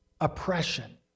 oppression